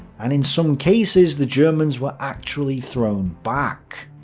and in some cases, the germans were actually thrown back.